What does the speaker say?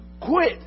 quit